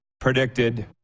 predicted